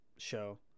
show